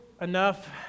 enough